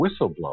whistleblower